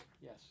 Yes